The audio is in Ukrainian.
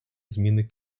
зміни